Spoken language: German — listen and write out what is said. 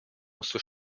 musste